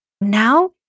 Now